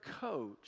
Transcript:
coach